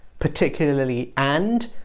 particularly and,